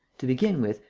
to begin with,